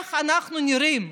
איך אנחנו נראים,